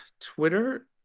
Twitter